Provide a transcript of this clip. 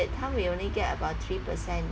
that time we only get about three percent